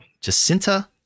Jacinta